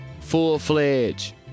full-fledged